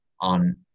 on